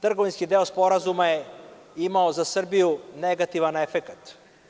Trgovinski deo sporazuma je imao za Srbiju negativan efekat.